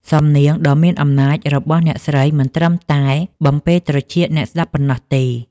សំនៀងដ៏មានអំណាចរបស់អ្នកស្រីមិនត្រឹមតែបំពេរត្រចៀកអ្នកស្ដាប់ប៉ុណ្ណោះទេ។